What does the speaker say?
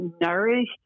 nourished